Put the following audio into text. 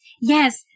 yes